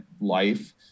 life